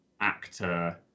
actor